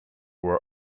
were